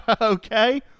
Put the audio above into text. Okay